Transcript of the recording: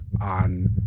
on